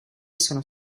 sono